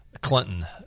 Clinton